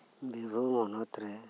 ᱵᱤᱨᱵᱷᱩᱢ ᱦᱚᱱᱚᱛ ᱨᱮ